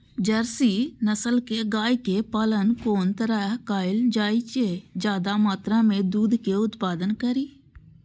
Jersey नस्ल के गाय के पालन कोन तरह कायल जाय जे ज्यादा मात्रा में दूध के उत्पादन करी?